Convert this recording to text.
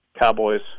Cowboys